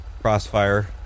crossfire